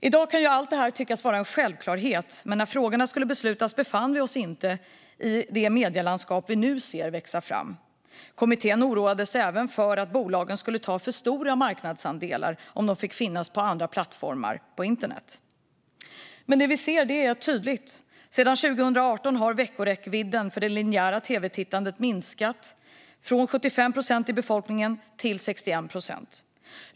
I dag kan allt detta tyckas vara en självklarhet, men när besluten skulle tas befann vi oss inte i det medielandskap vi nu ser växa fram. Kommittén oroade sig även för att bolagen skulle ta för stora marknadsandelar om de fick finnas på andra plattformar på internet. Men det vi ser är tydligt. Sedan 2018 har veckoräckvidden för det linjära tv-tittandet hos befolkningen minskat från 75 procent till 61 procent.